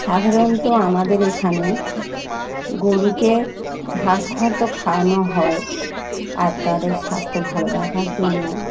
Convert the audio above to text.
সাধারণত আমাদের এখানে গরুকে ঘাস খর তো খাওয়ানো হয় আর তাদের স্বাস্থ্য ভালো রাখার জন্য